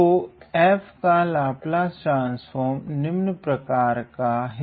तो f का Laplace transform निम्न प्रकार है